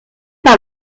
par